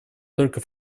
только